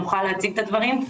נוכל להציג את הדברים.